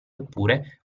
oppure